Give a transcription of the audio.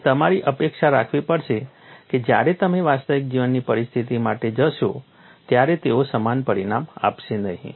અને તમારે અપેક્ષા રાખવી પડશે કે જ્યારે તમે વાસ્તવિક જીવનની પરિસ્થિતિ માટે જશો ત્યારે તેઓ સમાન પરિણામ આપશે નહીં